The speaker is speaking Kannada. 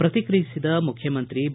ಪ್ರತಿಕ್ರಿಯಿಸಿದ ಮುಖ್ಯಮಂತ್ರಿ ಬಿ